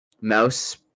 Mouse